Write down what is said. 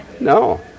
No